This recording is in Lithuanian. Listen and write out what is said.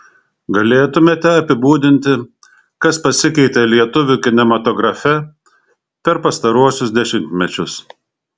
galėtumėte apibūdinti kas pasikeitė lietuvių kinematografe per pastaruosius dešimtmečius